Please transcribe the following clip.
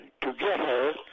together